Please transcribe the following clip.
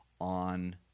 on